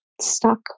stuck